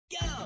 go